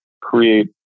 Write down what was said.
create